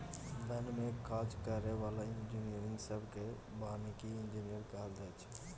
बन में काज करै बला इंजीनियरिंग सब केँ बानिकी इंजीनियर कहल जाइ छै